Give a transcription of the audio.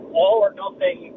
all-or-nothing